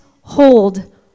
hold